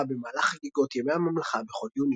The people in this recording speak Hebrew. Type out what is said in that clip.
במהלך חגיגות "ימי הממלכה" בכל יוני.